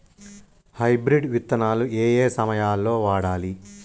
Hybrid విత్తనాలు ఏయే సమయాల్లో వాడాలి?